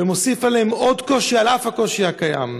ומוסיפה עליהם עוד קושי על הקושי הקיים,